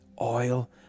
oil